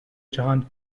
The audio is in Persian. جهان